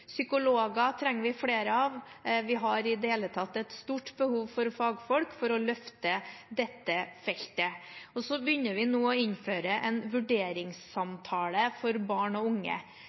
Psykologer trenger vi flere av. Vi har i det hele tatt et stort behov for fagfolk for å løfte dette feltet. Og så begynner vi nå å innføre en vurderingssamtale for barn og unge.